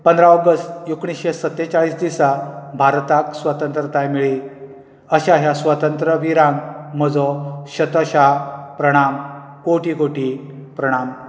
पंदरा ऑगस्ट एकूणीश्शे सत्तेचाळीस दिसा भारताक स्वतंत्रताय मेळ्ळी अश्या ह्या स्वतंत्र विरांक म्हजो शतशा प्रणाम कोटी कोटी प्रणाम